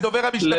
אתמול ראינו מחזות,